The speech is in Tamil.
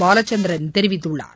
பாலச்சந்திரன் தெரிவித்துள்ளார்